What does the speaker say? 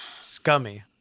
scummy